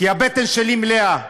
כי הבטן שלי מלאה.